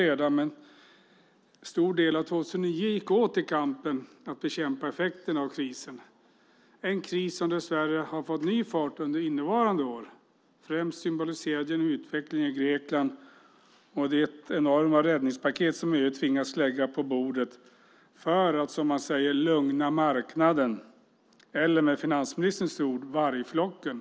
Men en stor del av 2009 gick åt till att bekämpa effekterna av krisen, en kris som dess värre har fått ny fart under innevarande år, främst symboliserad genom utvecklingen i Grekland och det enorma räddningspaket som EU tvingats lägga på bordet för att, som man säger, lugna marknaden eller, med finansministern ord, vargflocken.